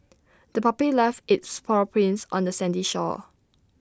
the puppy left its paw prints on the sandy shore